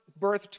birthed